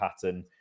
pattern